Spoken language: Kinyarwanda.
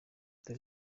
dore